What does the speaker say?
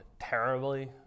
terribly